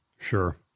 Sure